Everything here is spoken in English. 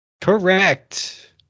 Correct